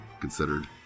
considered